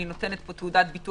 הם מקבלים תעודת מחלים?